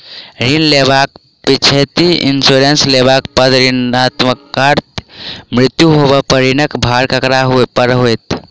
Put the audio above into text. ऋण लेबाक पिछैती इन्सुरेंस लेबाक बाद ऋणकर्ताक मृत्यु होबय पर ऋणक भार ककरा पर होइत?